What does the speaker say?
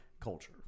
Culture